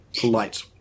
polite